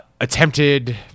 attempted